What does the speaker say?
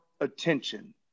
attention